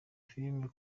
filimi